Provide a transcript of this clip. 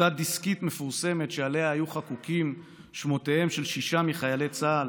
אותה דסקית מפורסמת שעליה היו חקוקים שמותיהם של שישה מחיילי צה"ל